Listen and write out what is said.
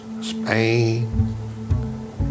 Spain